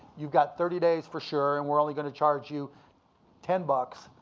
you've got thirty days for sure, and we're only gonna charge you ten bucks.